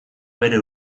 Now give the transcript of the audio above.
bere